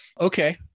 Okay